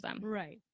right